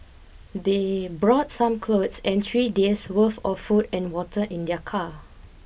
they brought some clothes and three days worth of food and water in their car